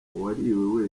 uwariwe